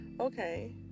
okay